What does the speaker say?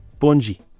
Bungee